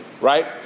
right